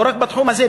לא רק בתחום הזה,